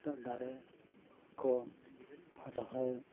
ᱱᱤᱛᱳᱜ ᱫᱟᱨᱮ ᱠᱚ ᱨᱚᱦᱚᱭ